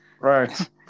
Right